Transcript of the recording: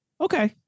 Okay